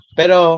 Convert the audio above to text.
pero